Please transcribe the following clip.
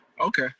Okay